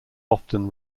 often